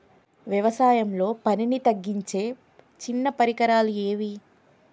వ్యవసాయంలో పనిని తగ్గించే చిన్న పరికరాలు ఏవి?